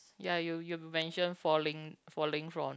ya you you mention falling falling from